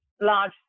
large